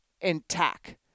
intact